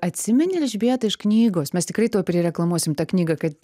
atsimeni elžbieta iš knygos mes tikrai tuoj prireklamuosim tą knygą kad